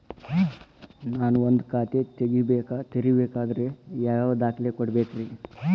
ನಾನ ಒಂದ್ ಖಾತೆ ತೆರಿಬೇಕಾದ್ರೆ ಯಾವ್ಯಾವ ದಾಖಲೆ ಕೊಡ್ಬೇಕ್ರಿ?